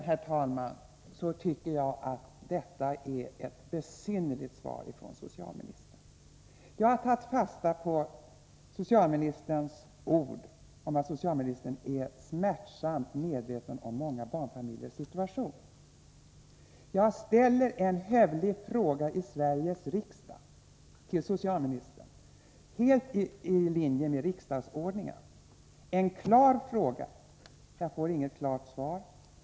Herr talman! Jag tycker att detta är ett besynnerligt svar från socialministern. Jag har tagit fasta på socialministerns ord om att socialministern är smärtsamt medveten om många barnfamiljers situation. Jag ställer en hövlig fråga i Sveriges riksdag till socialministern, helt i linje med riksdagsordningen — en klar fråga. Jag får inget klart svar.